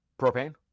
propane